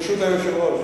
ברשות היושב-ראש.